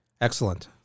excellent